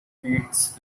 beats